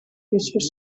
features